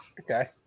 Okay